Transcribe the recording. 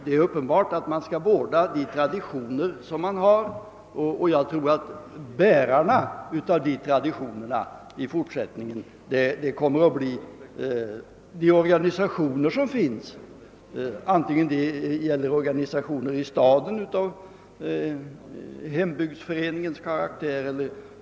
Det är uppenbart att man bör vårda de traditioner som finns, men jag tror att bärarna av dessa traditioner i fortsättningen kommer att bli hembygdsföreningar och organisationer av motsvarande karaktär.